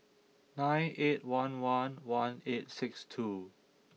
nine eight one one one eight six two